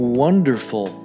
wonderful